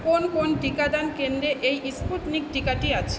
কোন কোন টিকাদান কেন্দ্রে এই স্পুটনিক টিকাটি আছে